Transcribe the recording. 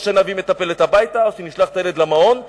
או שנביא מטפלת הביתה או שנשלח את הילד למעון,